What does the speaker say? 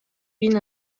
بین